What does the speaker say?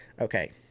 Okay